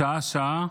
שעה-שעה,